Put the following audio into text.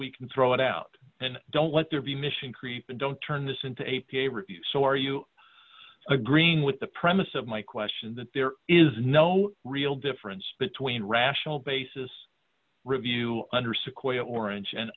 we can throw it out and don't let there be mission creep and don't turn this into a p a review so are you agreeing with the premise of my question that there is no real difference between rational basis review under sequoia orange and